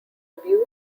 abuse